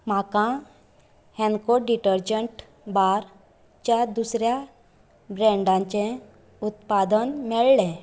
म्हाका हेन्को डिटर्जंट बारच्या दुसऱ्या ब्रॅन्डाचें उत्पादन मेळ्ळें